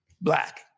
black